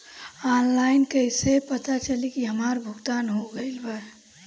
Online कईसे पता चली की हमार भुगतान हो गईल बा?